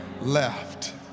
left